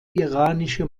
iranische